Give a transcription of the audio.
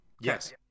Yes